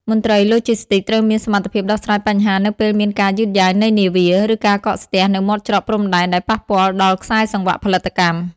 មន្ត្រីឡូជីស្ទីកត្រូវមានសមត្ថភាពដោះស្រាយបញ្ហានៅពេលមានការយឺតយ៉ាវនៃនាវា ឬការកកស្ទះនៅមាត់ច្រកព្រំដែនដែលប៉ះពាល់ដល់ខ្សែសង្វាក់ផលិតកម្ម។